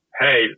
hey